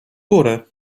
góry